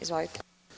Izvolite.